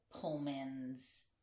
Pullman's